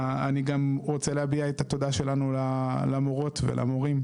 אני גם רוצה להביע את התודה שלנו למורות ולמורים,